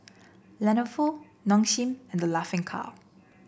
Lenovo Nong Shim and The Laughing Cow